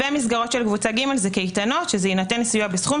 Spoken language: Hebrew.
מסגרות של קבוצה ג' זה קייטנות יינתן סיוע בסכום